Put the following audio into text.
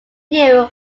view